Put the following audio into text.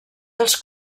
dels